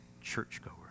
churchgoer